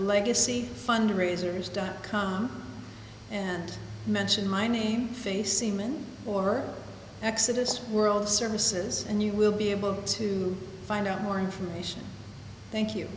legacy fundraisers dot com and mention my name face seaman or exodus world services and you will be able to find out more information thank you